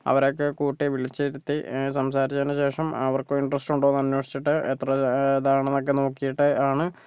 അവരെയൊക്കെ കൂട്ടി വിളിച്ചിരുത്തി സംസാരിച്ചതിന് ശേഷം അവർക്ക് ഇൻട്രസ്റ്റ് ഉണ്ടോ എന്ന് അന്വേഷിച്ചിട്ട് എത്ര ഇതാണ് എന്നൊക്കെ നോക്കിയിട്ട് ആണ്